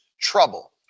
trouble